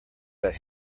that